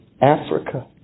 Africa